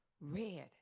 red